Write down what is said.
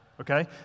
okay